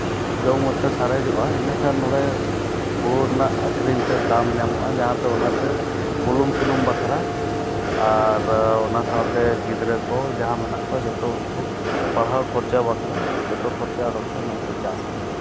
ᱡᱚᱢ ᱩᱛᱟᱹᱨ ᱥᱟᱨᱮᱡᱚᱜᱼᱟ ᱤᱱᱟᱹᱠᱷᱟᱱ ᱱᱚᱸᱰᱮ ᱦᱳᱲᱳ ᱨᱮᱱᱟᱜ ᱟᱹᱠᱷᱨᱤᱧ ᱛᱮ ᱫᱟᱢ ᱧᱟᱢᱚᱜᱼᱟ ᱡᱟᱦᱟᱸᱛᱮ ᱚᱱᱟᱛᱮ ᱵᱩᱞᱩᱝ ᱥᱩᱱᱩᱢ ᱵᱟᱠᱷᱨᱟ ᱟᱨ ᱚᱱᱟ ᱥᱟᱶᱛᱮ ᱜᱤᱫᱽᱨᱟᱹ ᱠᱚ ᱡᱟᱦᱟᱸ ᱢᱮᱱᱟᱜ ᱠᱚᱣᱟ ᱡᱚᱛᱚ ᱩᱱᱠᱩ ᱯᱟᱲᱦᱟᱣ ᱠᱷᱚᱨᱪᱟ ᱵᱟᱠᱷᱨᱟ ᱡᱚᱛᱚ ᱠᱷᱚᱨᱪᱟ ᱚᱰᱚᱠ ᱠᱟᱛᱮ ᱱᱚᱣᱟᱛᱮ ᱪᱟᱥ ᱢᱮᱱᱟᱜᱫᱼᱟ